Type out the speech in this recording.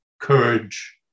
courage